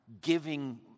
giving